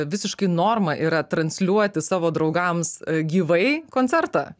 visiškai norma yra transliuoti savo draugams gyvai koncertą